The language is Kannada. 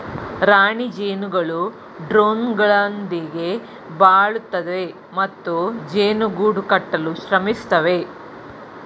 ರಾಣಿ ಜೇನುಗಳು ಡ್ರೋನ್ಗಳೊಂದಿಗೆ ಬಾಳುತ್ತವೆ ಮತ್ತು ಜೇನು ಗೂಡು ಕಟ್ಟಲು ಶ್ರಮಿಸುತ್ತವೆ